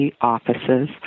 offices